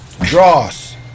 Dross